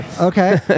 Okay